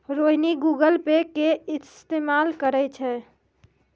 Rohini Google Pay के इस्तेमाल करै छै